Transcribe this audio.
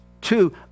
Two